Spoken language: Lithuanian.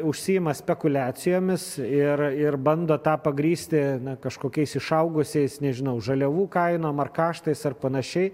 užsiima spekuliacijomis ir ir bando tą pagrįsti kažkokiais išaugusiais nežinau žaliavų kainom ar kaštais ar panašiai